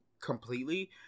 completely